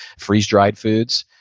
freeze-dried foods,